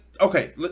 okay